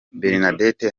bernadette